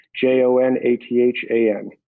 J-O-N-A-T-H-A-N